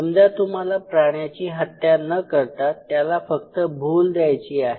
समजा तुम्हाला प्राण्याची हत्या न करता त्याला फक्त भूल द्यायची आहे